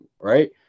Right